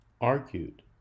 argued